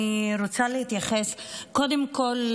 קודם כול,